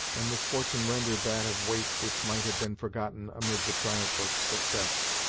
and misfortune rendered that of weight which might have been forgotten amid the triumph of success.